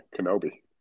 Kenobi